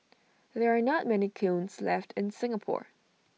there are not many kilns left in Singapore